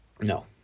No